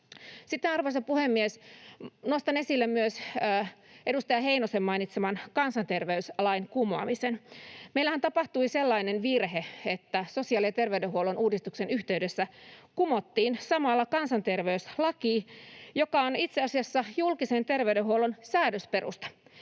arvoisa puhemies, nostan esille myös edustaja Heinosen mainitseman kansanterveyslain kumoamisen. Meillähän tapahtui sellainen virhe, että sosiaali- ja terveydenhuollon uudistuksen yhteydessä kumottiin samalla kansanterveyslaki, joka on itse asiassa julkisen terveydenhuollon säädösperusta.